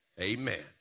Amen